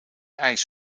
eis